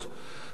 הממשלה,